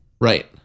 Right